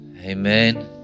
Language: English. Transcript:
Amen